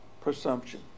presumption